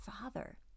Father